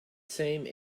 same